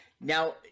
Now